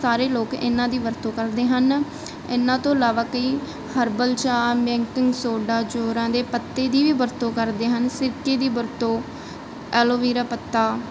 ਸਾਰੇ ਲੋਕ ਇਹਨਾਂ ਦੀ ਵਰਤੋਂ ਕਰਦੇ ਹਨ ਇਹਨਾਂ ਤੋਂ ਇਲਾਵਾ ਕਈ ਹਰਬਲ ਜਾਂ ਬੈਂਕਿੰਗ ਸੋਡਾ ਜੋਰਾਂ ਦੇ ਪੱਤੇ ਦੀ ਵੀ ਵਰਤੋਂ ਕਰਦੇ ਹਨ ਸਿਰਕੇ ਦੀ ਵਰਤੋਂ ਐਲੋਵੀਰਾ ਪੱਤਾ